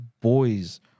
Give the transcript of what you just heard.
boys